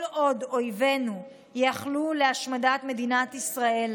כל עוד אויבינו ייחלו להשמדת מדינת ישראל,